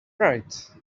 right